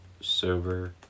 sober